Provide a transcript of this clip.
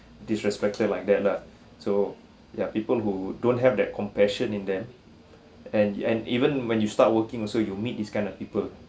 disrespected like that lah so ya people who don't have that compassion in there and and even when you start working also you meet this kind of people